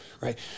Right